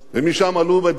משם עלו בדרך.